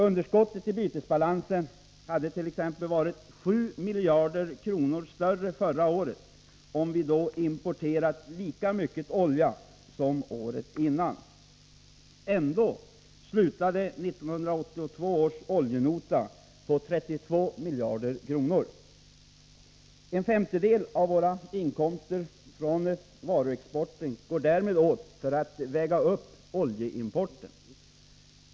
Underskottet i bytesbalansen hade t.ex. varit 7 miljarder kronor större förra året, om vi då importerat lika mycket olja som året innan. Ändå slutade 1982 års oljenota på 32 miljarder kronor. En femtedel av våra inkomster från varuexporten går därmed åt för att väga uppoljeimporten.